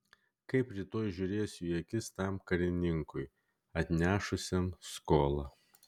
kaip rytoj žiūrėsiu į akis tam karininkui atnešusiam skolą